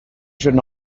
should